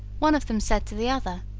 one of them said to the other,